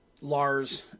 Lars